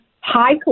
high